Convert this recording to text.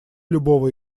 любого